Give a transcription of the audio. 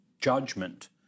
judgment